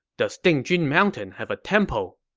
does dingjun mountain have a temple?